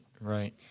right